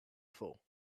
fool